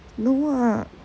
no ah